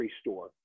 store